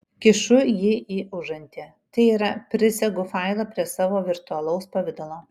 kišu jį į užantį tai yra prisegu failą prie savo virtualaus pavidalo